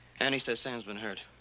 annie says sam's been hurt.